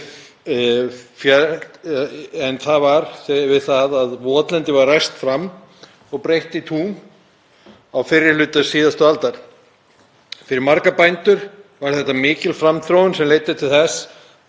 Fyrir marga bændur var þetta mikil framþróun sem leiddi til þess að hægt var að afla meira fóðurs fyrir veturinn og þar með stækka bústofninn. En þessi framþróun kom á kostnað bindingar kolefnis í votlendinu.